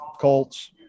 Colts